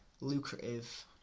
lucrative